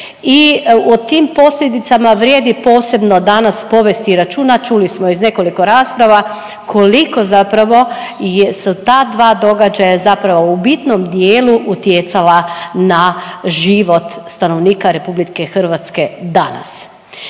i o tim posljedicama vrijedi posebno danas povesti računa, čuli smo iz nekoliko rasprava, koliko zapravo jesu ta dva događaja zapravo u bitnom dijelu utjecala na život stanovnika RH danas.